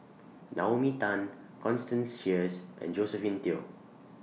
Naomi Tan Constance Sheares and Josephine Teo